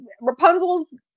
Rapunzel's